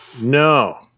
No